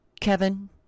Kevin